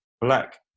black